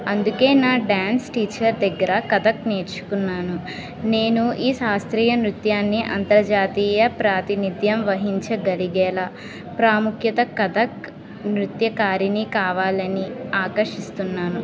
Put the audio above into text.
అందుకే నా dance teacher దగ్గర కథక్ నేర్చుకున్నాను నేను ఈ శాస్త్రీయ నృత్యాన్ని అంతర్జాతీయ ప్రాతినిధ్యం వహించగలిగేలా ప్రాముఖ్యత కథక్ నృత్యకారిణి కావాలని ఆకర్షిస్తున్నాను